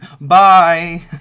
Bye